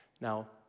Now